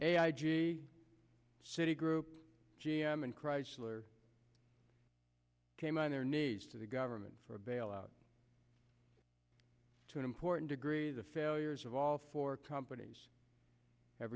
a i g citi group g m and chrysler came on their knees to the government for a bailout to an important degree the failures of all four companies have